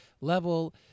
level